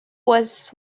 was